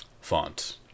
font